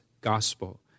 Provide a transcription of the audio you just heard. gospel